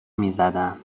میزدن